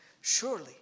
surely